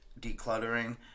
decluttering